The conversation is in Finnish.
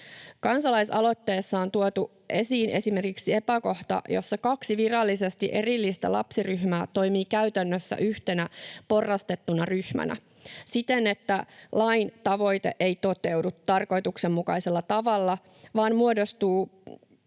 Kansalaisaloitteessa on tuotu esiin esimerkiksi epäkohta, jossa kaksi virallisesti erillistä lapsiryhmää toimii käytännössä yhtenä porrastettuna ryhmänä siten, että lain tavoite ei toteudu tarkoituksenmukaisella tavalla vaan muodostuu